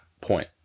point